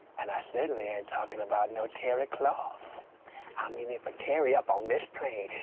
and i certainly ain't talking about no terry cloth. i mean, if a terry up on this plane,